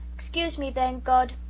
excuse me, then, god,